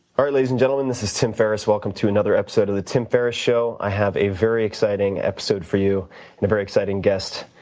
alright ladies and gentlemen, this is tim ferriss. welcome to another episode of the tim ferriss show. i have a very exciting episode for you and a very exciting guest,